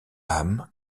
âmes